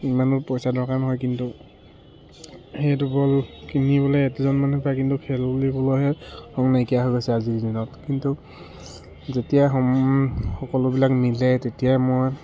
ইমানো পইচা দৰকাৰ নহয় কিন্তু সেইটো বল কিনিবলৈ এজন মানুহ পায় কিন্তু খেলো বুলিবলৈহে সময় নাইকিয়া হৈ গৈছে আজিৰ দিনত কিন্তু যেতিয়াই সম সকলোবিলাক মিলে তেতিয়াই মই